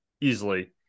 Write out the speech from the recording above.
easily